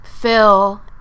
Phil